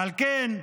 ועל כן,